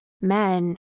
men